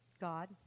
God